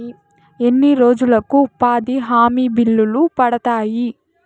ఎన్ని రోజులకు ఉపాధి హామీ బిల్లులు పడతాయి?